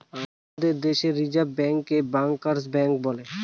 আমাদের দেশে রিসার্ভ ব্যাঙ্কে ব্যাঙ্কার্স ব্যাঙ্ক বলে